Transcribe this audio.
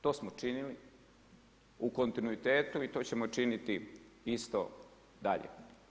To smo činili u kontinuitetu i to ćemo činiti isto dalje.